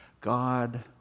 God